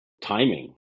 timing